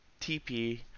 TP